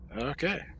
Okay